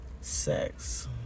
Sex